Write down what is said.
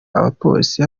abapolisi